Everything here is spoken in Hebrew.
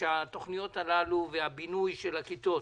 שהתוכניות הללו והבינוי של הכיתות